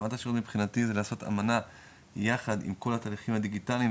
מבחינתי זה לעשות אמנה יחד עם כל התהליכים הדיגיטליים,